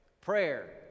Prayer